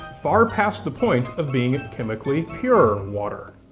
far past the point of being chemically pure water.